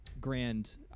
grand